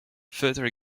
further